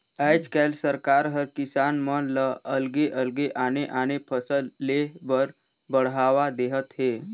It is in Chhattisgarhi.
आयज कायल सरकार हर किसान मन ल अलगे अलगे आने आने फसल लेह बर बड़हावा देहत हे